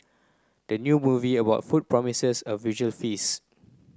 the new movie about food promises a visually feast